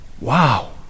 wow